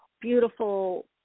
beautiful